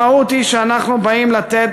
המהות היא שאנחנו באים לתת